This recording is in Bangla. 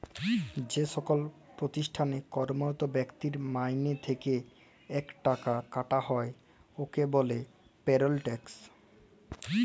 যেকল পতিষ্ঠালে কম্মরত ব্যক্তির মাইলে থ্যাইকে ইকট টাকা কাটা হ্যয় উয়াকে ব্যলে পেরল ট্যাক্স